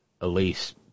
Elise